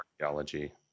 archaeology